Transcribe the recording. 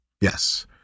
Yes